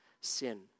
sin